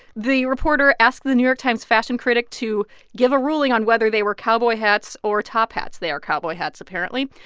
the reporter asked the new york times fashion critic to give a ruling on whether they were cowboy hats or top hats. they are cowboy hats, apparently.